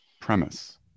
premise